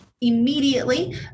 immediately